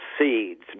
seeds